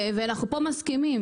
ואנחנו מסכימים.